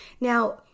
Now